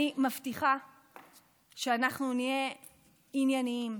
אני מבטיחה שאנחנו נהיה ענייניים,